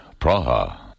Praha